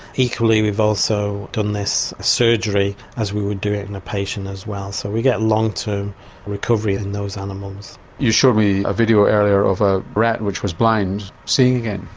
equally we've also done this surgery as we would do it in a patient as well, so we get long-term recovery in those animals. you showed me a video earlier of a rat which was blind seeing again.